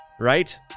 right